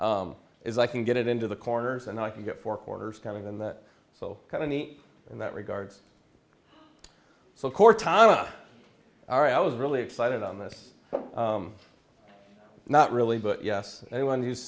ten if i can get it into the corners and i can get four corners coming in that so kind of neat in that regards so cortana all right i was really excited on this not really but yes anyone who's